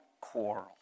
quarrel